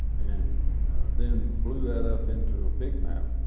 and then blew that up into a big map